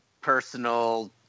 personal